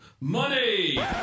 money